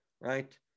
right